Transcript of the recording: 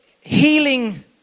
healing